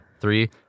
Three